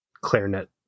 clarinet